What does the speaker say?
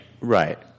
Right